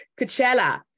Coachella